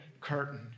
curtain